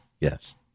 Yes